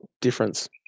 difference